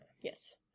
Yes